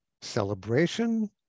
celebration